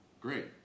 Great